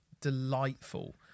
delightful